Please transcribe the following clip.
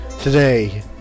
Today